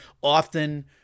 often